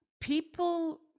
people